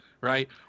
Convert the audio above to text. right